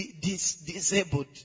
disabled